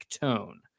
tone